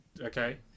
Okay